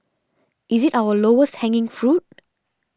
is it our lowest hanging fruit